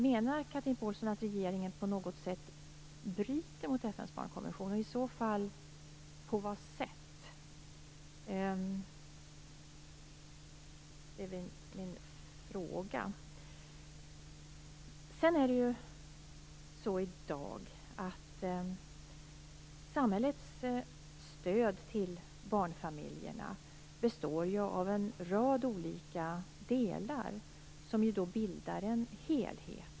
Menar Chatrine Pålsson att regeringen på något sätt bryter mot FN:s barnkonvention, och i så fall på vad sätt? I dag består ju samhällets stöd till barnfamiljerna av en rad olika delar som bildar en helhet.